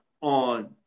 on